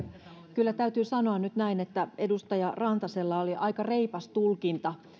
kyllä täytyy sanoa nyt näin että edustaja rantasella oli aika reipas tulkinta